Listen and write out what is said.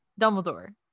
dumbledore